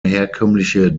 herkömmliche